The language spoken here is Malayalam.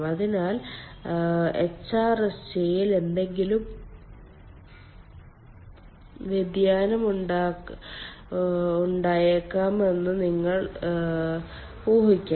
അതിനാൽ എച്ച്ആർഎസ്ജിയിൽ എന്തെങ്കിലും വ്യതിയാനം ഉണ്ടായേക്കാമെന്ന് നിങ്ങൾക്ക് ഊഹിക്കാം